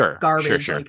garbage